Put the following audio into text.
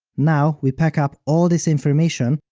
now, we pack up all this information,